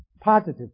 positive